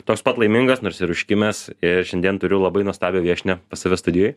toks pat laimingas nors ir užkimęs ir šiandien turiu labai nuostabią viešnią pas save studijoj